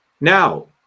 Now